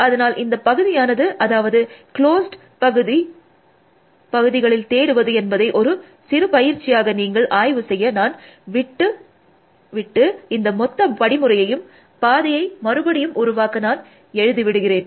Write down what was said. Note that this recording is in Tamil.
அதனால் இந்த பகுதியானது அதாவது க்ளோஸ்ட் பகுதில் தேடுவது என்பதை ஒரு சிறு பயிற்சியாக நீங்கள் ஆய்வு செய்ய நான் விட்டு விட்டு இந்த மொத்த படிமுறையையும் பாதையை மறுபடியும் உருவாக்க நான் எழுதி விடுகிறேன்